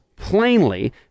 Plainly